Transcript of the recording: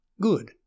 Good